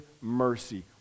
mercy